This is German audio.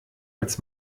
als